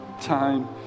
time